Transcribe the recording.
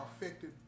affected